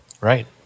Right